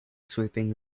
swooping